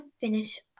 finish